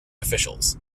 officials